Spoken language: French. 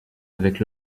avec